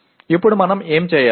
ఇప్పుడు మనం ఏమి చేయాలి